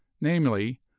namely